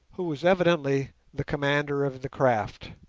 who was evidently the commander of the craft.